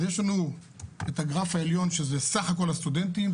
אז יש לנו את הגרף העליון שזה סך כל הסטודנטים,